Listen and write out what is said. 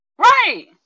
Right